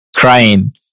crying